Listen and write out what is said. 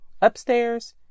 upstairs